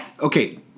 okay